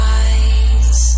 eyes